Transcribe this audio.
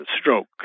stroke